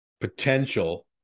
potential